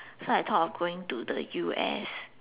so I thought of going to the U_S